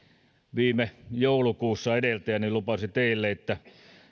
viime joulukuussa edeltäjäni lupasi teille että